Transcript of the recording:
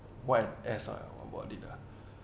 quite ah what about it lah